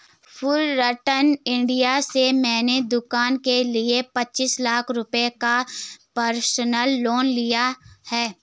Fullerton India से मैंने दूकान के लिए पचीस लाख रुपये का पर्सनल लोन लिया है